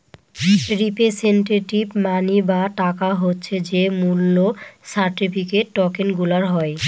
representative money বা টাকা হচ্ছে যে মূল্য সার্টিফিকেট, টকেনগুলার হয়